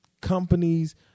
companies